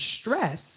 stress